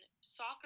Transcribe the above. soccer